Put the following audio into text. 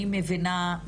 אני מבינה.